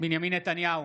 בנימין נתניהו,